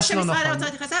מה שמשרד האוצר התייחס,